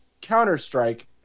counter-strike